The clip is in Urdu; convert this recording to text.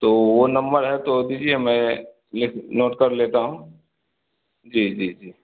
تو وہ نمبر ہے تو دیجیے میں لکھ نوٹ کر لیتا ہوں جی جی جی